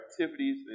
activities